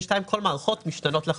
וב-2022 כל המערכות משתנות לחלוטין.